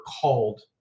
called